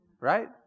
Right